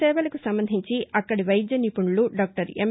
సేవలకు సంబంధించి అక్కడి వైద్య నిపుణులు డాక్టర్ ఎం